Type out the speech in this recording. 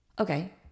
Okay